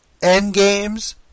Endgames